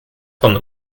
von